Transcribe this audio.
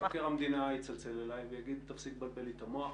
מבקר המדינה יתקשר אלי ויגיד: תפסיק לבלבל לי את המוח,